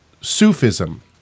Sufism